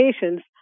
patients